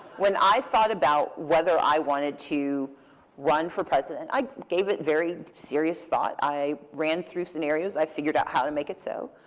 when i thought about whether i wanted to run for president, i gave it very serious thought. i ran through scenarios. i figured out how to make it so.